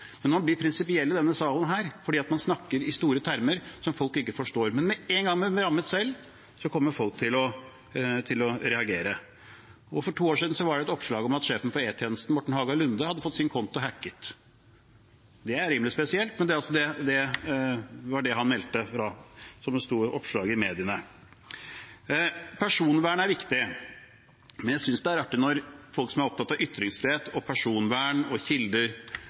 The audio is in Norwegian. Man blir prinsipiell i denne salen fordi man snakker i store termer som folk ikke forstår, men med én gang man blir rammet selv, kommer folk til å reagere. For to år siden var det et oppslag om at sjefen for E-tjenesten, Morten Haga Lunde, hadde fått sin konto hacket. Det er rimelig spesielt, men det var det han meldte fra om, og som det stod oppslag om i mediene. Personvern er viktig, men jeg synes det er artig når folk som er opptatt av ytringsfrihet, personvern og